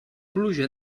pluja